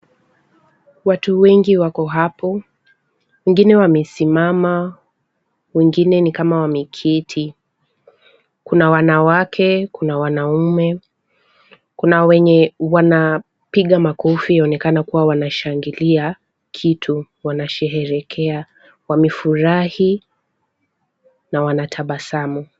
Watu wengi wako hapo, wengine wamesimama wengine ni kama wameketi, kuna wanawake ,kuna wanaume, kuna wenye wanapiga makofi ionekane kuwa wanashangilia kitu. Wanasherehekea wamefurahi na wanatabasamu.